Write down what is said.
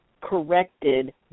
corrected